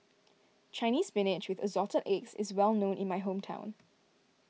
Chinese Spinach with Assorted Eggs is well known in my hometown